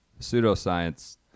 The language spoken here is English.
pseudoscience